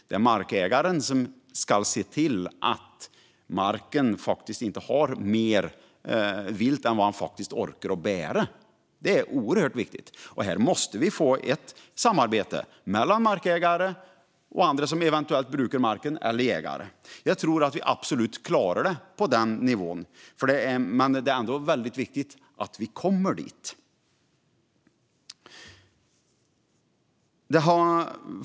Det är markägaren som ska se till att marken inte har mer vilt än vad den orkar bära. Det är oerhört viktigt. Här måste vi få ett samarbete mellan markägare, jägare och andra som eventuellt brukar marken. Jag tror att vi absolut klarar det på den nivån, men det är väldigt viktigt att vi kommer dit.